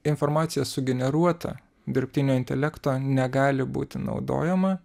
informacija sugeneruota dirbtinio intelekto negali būti naudojama